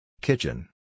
Kitchen